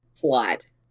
plot